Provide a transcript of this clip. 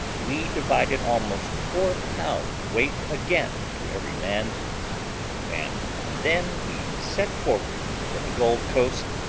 we divided almost four pound weight again to every man and then we set forward for the gold coast,